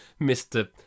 Mr